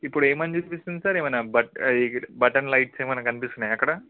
ఇప్పుడు ఏమని చూపిస్తుంది సార్ ఏమన్నా బట్ బటన్ లైట్స్ ఏమన్నా కనిపిస్తున్నాయా అక్కడ